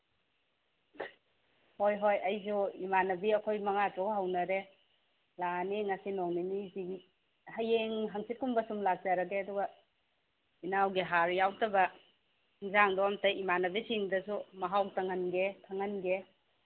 ꯍꯣꯏ ꯍꯣꯏ ꯑꯩꯁꯨ ꯏꯃꯥꯟꯅꯕꯤ ꯑꯩꯈꯣꯏ ꯃꯉꯥ ꯇꯔꯨꯛ ꯍꯧꯅꯔꯦ ꯂꯥꯛꯑꯅꯤ ꯉꯁꯤ ꯅꯣꯡ ꯅꯤꯅꯤꯁꯤꯒꯤ ꯍꯌꯦꯡ ꯍꯥꯡꯆꯤꯠꯀꯨꯝꯕ ꯁꯨꯝ ꯂꯥꯛꯆꯔꯒꯦ ꯑꯗꯨꯒ ꯏꯅꯥꯎꯒꯤ ꯍꯥꯔ ꯌꯥꯎꯗꯕ ꯑꯦꯟꯁꯥꯡꯗꯣ ꯑꯃꯇ ꯏꯃꯥꯟꯅꯕꯤꯁꯤꯡꯗꯁꯨ ꯃꯍꯥꯎ ꯇꯪꯍꯟꯒꯦ ꯈꯪꯍꯟꯒꯦ